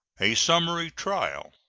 a summary trial,